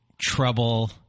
trouble